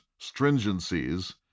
stringencies